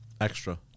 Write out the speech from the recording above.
extra